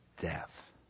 death